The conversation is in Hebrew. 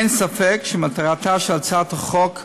אין ספק שמטרתה של הצעת החוק מבורכת.